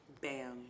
Bam